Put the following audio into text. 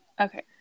okay